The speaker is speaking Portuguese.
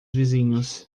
vizinhos